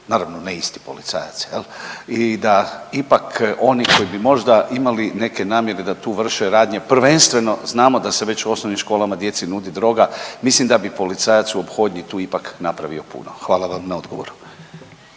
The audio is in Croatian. naravno ne isti policajac jel i da ipak oni koji bi možda imali neke namjere da tu vrše radnje prvenstveno znamo da se već u osnovnim školama djeci nudi druga, mislim da bi policajac u ophodnji tu ipak napravio puno. Hvala vam na odgovoru.